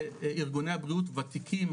שארגוני הבריאות וותיקים,